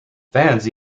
fans